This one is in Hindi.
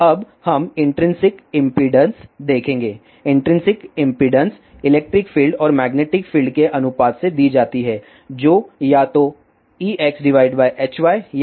अब हम इन्ट्रिंसिक इम्पीडेन्स देखेंगे इन्ट्रिंसिक इम्पीडेन्स इलेक्ट्रिक फील्ड और मैग्नेटिक फील्ड के अनुपात से दी जाती है जो या तो ExHy या EyHxहै